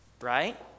right